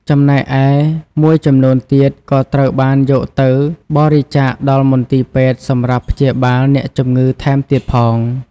ចំណែកឯ មួយចំនួនទៀតក៏ត្រូវបានយកទៅបរិច្ឆាកដល់មន្ទីរពេទ្យសម្រាប់ព្យាបាលអ្នកជំងឺថែមទៀតផង។